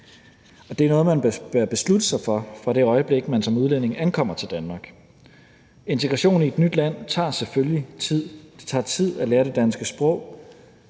det er noget, man bør beslutte sig for fra det øjeblik, man som udlænding ankommer til Danmark. Integration i et nyt land tager selvfølgelig tid. Det tager tid at lære det danske sprog.